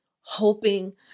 hoping